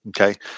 Okay